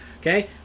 okay